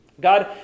God